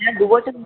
হ্যাঁ দু বছর